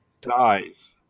dies